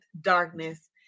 darkness